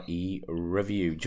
Review